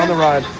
and ride.